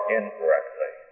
incorrectly